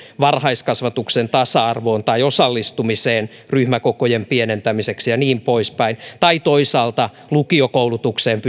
varhaiskasvatuksen tasa arvoon tai osallistumiseen ryhmäkokojen pienentämiseen ja niin pois päin tai toisaalta lukiokoulutuksessa